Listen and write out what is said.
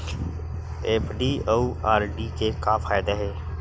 FD अउ RD के का फायदा हे?